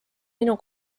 minu